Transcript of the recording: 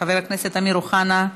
חבר הכנסת אמיר אוחנה,